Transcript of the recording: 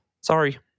sorry